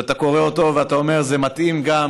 שאתה קורא אותו ואתה אומר: זה מתאים גם